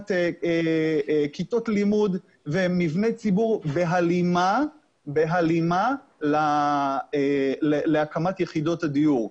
להקמת כיתות לימוד ומבני ציבור בהלימה להקמת יחידות הדיור.